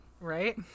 Right